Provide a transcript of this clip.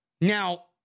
now